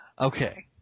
okay